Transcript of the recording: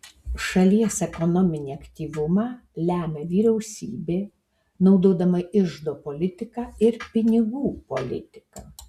šalies ekonominį aktyvumą lemia vyriausybė naudodama iždo politiką ir pinigų politiką